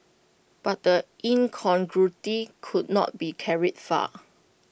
but the incongruity could not be carried far